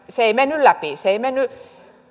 se ei mennyt läpi